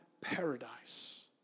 paradise